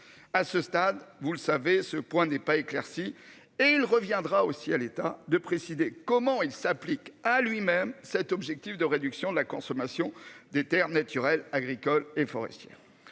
À ce stade, vous le savez, ce point n'est pas éclaircie et il reviendra aussi à l'État de préciser comment il s'applique à lui-même cet objectif de réduction de la consommation des Terres naturelles agricoles et forestières.